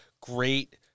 great